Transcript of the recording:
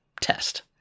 test